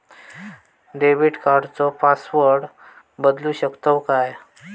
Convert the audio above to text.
Debit कार्डचो password बदलु शकतव काय?